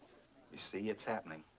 you see? it's happening.